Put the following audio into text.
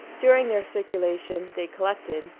during their circulation they collected,